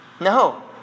No